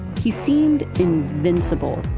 he seemed invincible.